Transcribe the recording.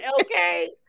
Okay